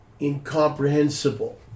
incomprehensible